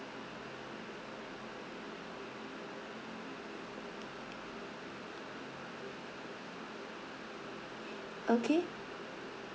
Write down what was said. okay